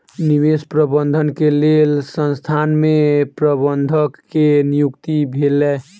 निवेश प्रबंधन के लेल संसथान में प्रबंधक के नियुक्ति भेलै